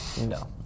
No